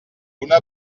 una